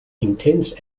intense